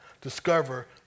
discover